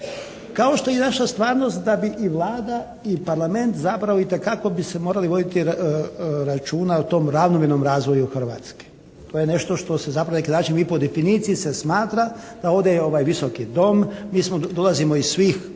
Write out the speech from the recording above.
Kao što je naša stvarnost da bi i Vlada i Parlament zapravo itekako bi se morali voditi računa o tom ravnomjernom razvoju Hrvatske. To je nešto što se zapravo na neki način i po definiciji se smatra da ovdje je ovaj visoki Dom, mi dolazimo iz svih